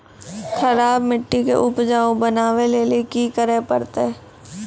खराब मिट्टी के उपजाऊ बनावे लेली की करे परतै?